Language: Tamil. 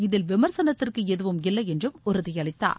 இதில் விமர்சனத்திற்கு எதுவும் இல்லை என்றும் உறுதியளித்தார்